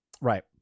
Right